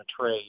trade